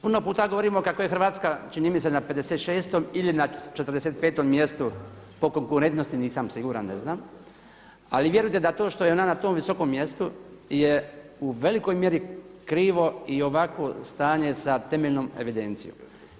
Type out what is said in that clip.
Puno puta govorimo kako je Hrvatska čini mi se na 56. ili na 45. mjestu po konkurentnosti, nisam siguran, ne znam, ali vjerujte da je to što je ona na tom visokom mjestu je u velikoj mjeri krivo i ovakvo stanje sa temeljnom evidencijom.